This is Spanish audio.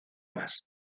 más